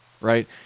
right